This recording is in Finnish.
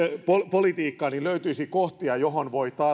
politiikkaan kohtia joihin voi